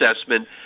assessment